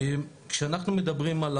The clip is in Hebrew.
כשאנחנו מדברים על